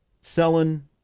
selling